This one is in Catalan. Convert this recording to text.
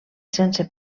sense